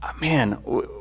Man